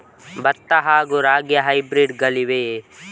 ಭತ್ತ ಹಾಗೂ ರಾಗಿಯ ಹೈಬ್ರಿಡ್ ಗಳಿವೆಯೇ?